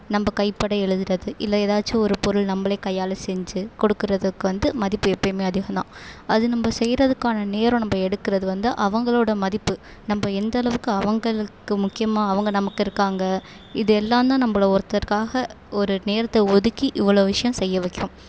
நம்ம கைப்பட எழுதுறது இல்லை ஏதாச்சும் ஒரு பொருள் நம்மளே கையால் செஞ்சு கொடுக்கிறதுக்கு வந்து மதிப்பு எப்போயுமே அதிகம் தான் அது நம்ம செய்கிறதுக்கான நேரம் நம்ம எடுக்கிறது வந்து அவங்களோட மதிப்பு நம்ம எந்த அளவுக்கு அவங்களுக்கு முக்கியமாக அவங்க நமக்கு இருக்காங்க இது எல்லாம் தான் நம்மள ஒருத்தருக்காக ஒரு நேரத்தை ஒதுக்கி இவ்வளோ விஷயம் செய்ய வைக்கும்